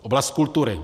Oblast kultury.